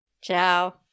Ciao